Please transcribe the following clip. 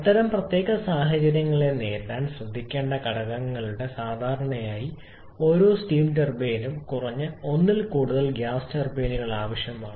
അത്തരം പ്രത്യേക സാഹചര്യങ്ങളെ നേരിടാൻ ശ്രദ്ധിക്കേണ്ട ഘടകങ്ങളുടെ സാധാരണയായി ഓരോ സ്റ്റീം ടർബൈനിനും കുറഞ്ഞത് ഒന്നിൽ കൂടുതൽ ഗ്യാസ് ടർബൈനുകൾ ആവശ്യമാണ്